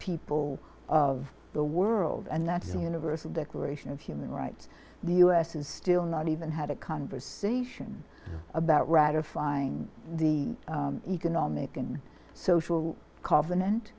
people of the world and that's the universal declaration of human rights the u s is still not even had a conversation about ratifying the economic and social confident